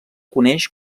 coneix